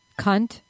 cunt